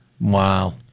Wow